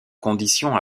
conditions